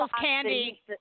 Candy